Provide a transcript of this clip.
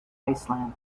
iceland